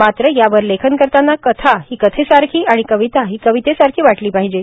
मात्र यावर लेखन करताना कथा ही कथेसारखी आणि कविता ही कवितेसारखी वाटली पाहिजे